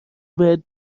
بهت